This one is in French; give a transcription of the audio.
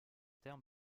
terme